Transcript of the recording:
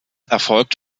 erfolgt